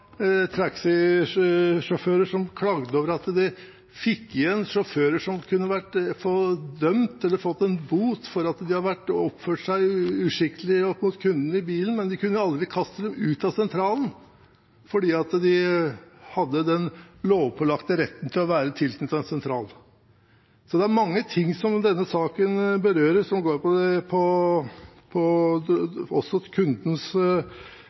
som har klaget over at de fikk inn igjen sjåfører som kunne vært dømt eller fått en bot for at de hadde oppført seg uskikkelig mot kunden i bilen, men de kunne aldri kaste dem ut av sentralen, fordi de hadde den lovpålagte retten til å være tilknyttet en sentral. Så det er mange ting som denne saken berører, som også går på kundenes ve og vel, og jeg synes ikke at det